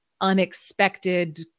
unexpected